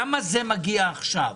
למה זה מגיע עכשיו?